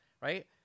Right